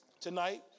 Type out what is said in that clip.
tonight